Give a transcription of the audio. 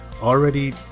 already